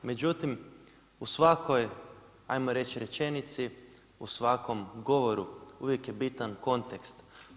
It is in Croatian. Međutim, u svakoj hajmo reći rečenici, u svakom govoru uvijek je bitan kontekst.